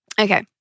Okay